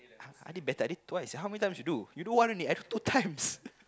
I did better I did twice how many times you do you do one only I do two times